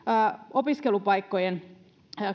opiskelupaikkojen